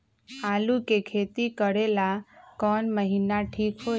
आलू के खेती करेला कौन महीना ठीक होई?